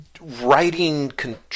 writing